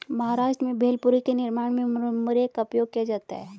महाराष्ट्र में भेलपुरी के निर्माण में मुरमुरे का उपयोग किया जाता है